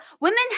women